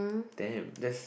damn that's